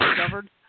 discovered